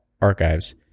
Archives